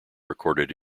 recorded